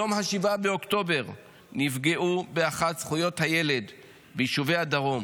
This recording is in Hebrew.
ביום 7 באוקטובר נפגעו באחת זכויות הילד ביישובי הדרום: